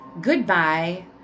goodbye